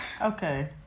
Okay